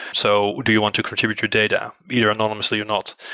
so do you want to contribute your data, either anonymously or not?